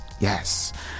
Yes